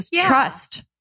trust